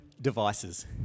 devices